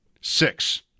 Six